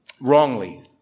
wrongly